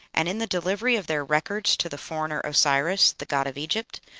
and in the delivery of their records to the foreigner osiris, the god of egypt,